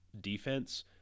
defense